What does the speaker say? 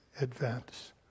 Advance